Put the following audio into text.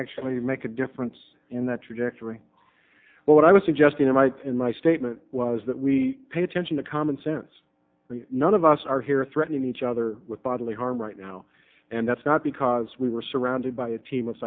actually make a difference in that trajectory but what i was suggesting might in my statement was that we pay attention to common sense none of us are here threatening each other with bodily harm right now and that's not because we were surrounded by a team of